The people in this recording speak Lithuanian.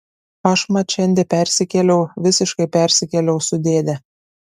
aš mat šiandie persikėliau visiškai persikėliau su dėde